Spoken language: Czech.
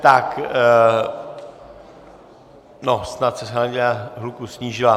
Tak, snad se hladina hluku snížila.